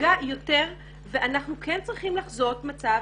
נפגע יותר ואנחנו כן צריכים לחזות מצב